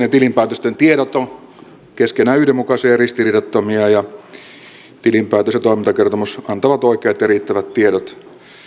ja tilinpäätösten tiedot ovat keskenään yhdenmukaisia ja ristiriidattomia ja tilinpäätös ja toimintakertomus antavat oikeat ja riittävät tiedot